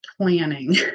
planning